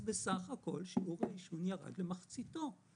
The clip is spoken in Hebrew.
בסך הכל שיעור העישון יחד למחציתו.